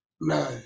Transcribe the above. No